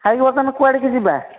ଖାଇକି ବର୍ତ୍ତମାନ କୁଆଡ଼େ କି ଯିବା